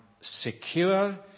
secure